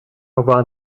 avoir